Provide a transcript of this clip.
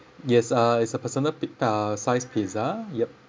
yes uh it's a personal pi~ uh size pizza yup